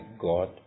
God